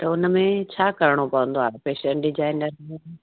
त उनमें छा करिणो पवंदो आहे फैशन डिजाइनर में